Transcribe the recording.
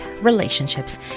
relationships